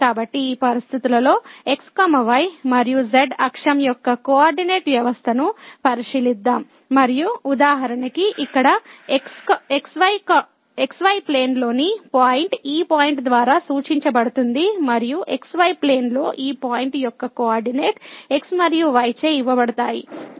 కాబట్టి ఈ పరిస్థితిలో x y మరియు z అక్షం యొక్క కోఆర్డినేట్ వ్యవస్థను పరిశీలిద్దాం మరియు ఉదాహరణకు ఇక్కడ xy ప్లేన్ లోని పాయింట్ ఈ పాయింట్ ద్వారా సూచించబడుతుంది మరియు xy ప్లేన్ లో ఈ పాయింట్ యొక్క కోఆర్డినేట్ x మరియు y చే ఇవ్వబడతాయి